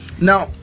now